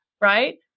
right